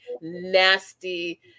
nasty